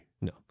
No